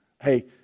Hey